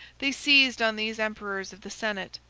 they seized on these emperors of the senate,